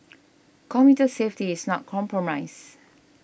commuter safety is not compromised